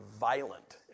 violent